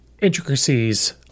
intricacies